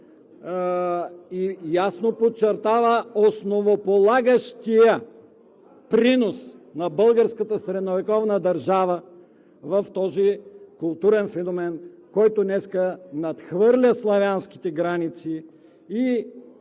и ясно подчертава основополагащия принос на българската средновековна държава в този културен феномен, който днес надхвърля славянските граници и служи